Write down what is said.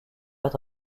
être